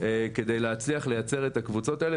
כדי להצליח ליצר את הקבוצות האלה.